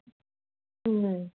ꯎꯝ